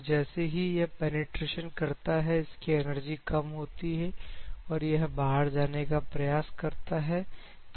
तो जैसे ही यह पेनिट्रेशन करता है इसकी एनर्जी कम होती है और यह बाहर जाने का प्रयास करता है